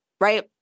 right